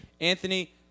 Anthony